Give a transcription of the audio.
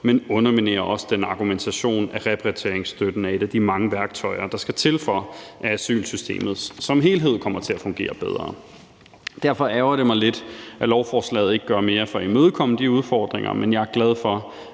det underminerer også den argumentation, at repatrieringsstøtten er et af de mange værktøjer, der skal til, for at asylsystemet som helhed kommer til at fungere bedre. Derfor ærgrer det mig lidt, at lovforslaget ikke gør mere for at imødekomme de udfordringer, men jeg er glad for,